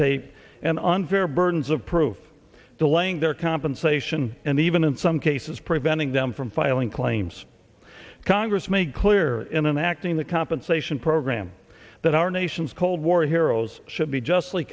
tape and unfair burdens of proof delaying their compensation and even in some cases preventing them from filing claims congress made clear in an acting the compensation program that our nation's cold war heroes should be just